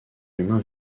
humain